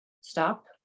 stop